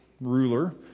ruler